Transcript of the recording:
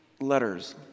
letters